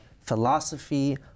philosophy